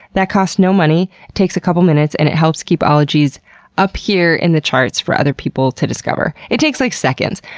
that costs no money. it takes a couple minutes, and it helps keep ologies up here in the charts for other people to discover. it takes, like, seconds.